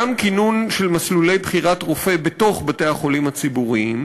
גם כינון של מסלולי בחירת רופא בתוך בתי-החולים הציבוריים,